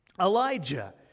Elijah